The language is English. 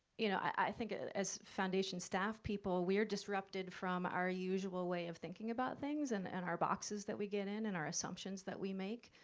you know, i think as foundation staff people, we are disrupted from our usual way of thinking about things and and our boxes that we get in and our assumptions that we make.